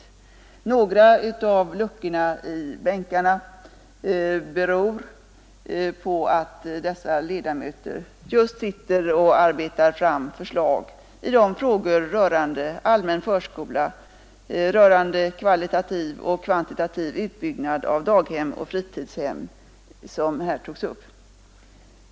Att några av bänkarna i kammaren är tomma beror på att ledamöterna sitter och arbetar fram förslag just i de frågor rörande allmän förskola och om kvalitativ och kvantitativ utbyggnad av daghem och fritidshem som här togs upp.